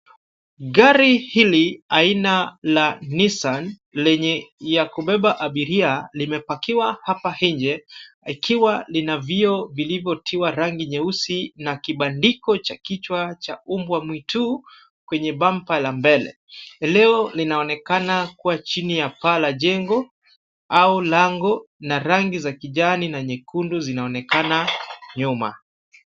Gari hili aina la Nissan lenye ya kubeba abiria limepakiwa hapa nje ikiwa lina vioo vilivyotiwa rangi nyeusi na kibandiko cha kichwa cha mbwa mwitu kwenye bampa la mbele. Eneo linaonekana kuwa chini ya paa la jengo, au lango na rangi za kijani na nyekundu zinaonekana nyuma.